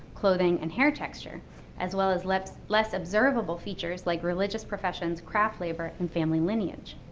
clothing, and hair texture as well as less less observable features like religious professions, craft labor, and family lineage.